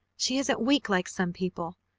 she isn't weak like some people.